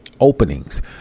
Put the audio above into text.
openings